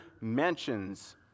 mentions